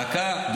דקה.